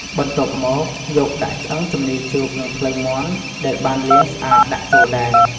បន្ទាប់មក យកដាក់ឆ្អឹងជំនីជ្រូកនិងភ្លៅមាន់ដែលបានលាងស្អាតដាក់ចូលដែរ។